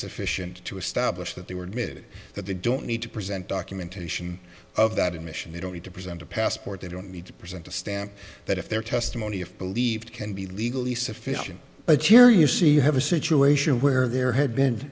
sufficient to establish that they were admitted that they don't need to present documentation of that emission they don't need to present a passport they don't need to present a stamp that if their testimony if believed can be legally sufficient a chair you see you have a situation where there had been